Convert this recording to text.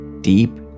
deep